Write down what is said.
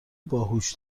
باهوش